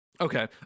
Okay